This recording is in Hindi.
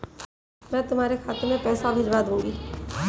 मैं तुम्हारे खाते में पैसे भिजवा दूँगी